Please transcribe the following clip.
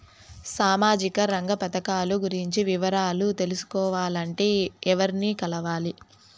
సామాజిక రంగ పథకాలు గురించి వివరాలు తెలుసుకోవాలంటే ఎవర్ని కలవాలి?